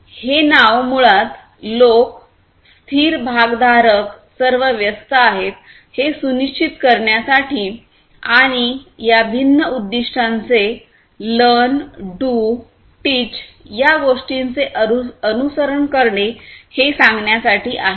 हे नाव मुळात लोक स्थिर भागधारक सर्व व्यस्त आहेत हे सुनिश्चित करण्यासाठी आणि या भिन्न उद्दिष्टांचे लर्न डू टीच या गोष्टींचे अनुसरण करणे हे सांगण्यासाठी आहे